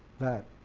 that,